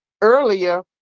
earlier